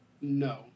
No